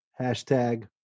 hashtag